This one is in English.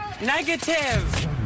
negative